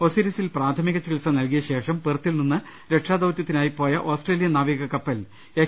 ഒസിരിസിൽ പ്രാഥമിക ചികിത്സ നൽകിയ ശേഷം പെർത്തിൽ നിന്ന് ര ക്ഷാദൌതൃത്തിനായി പോയ ഓസ്ട്രേലിയൻ നാവികകപ്പൽ എച്ച്